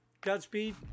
Godspeed